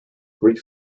greek